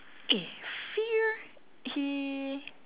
eh fear he